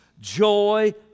Joy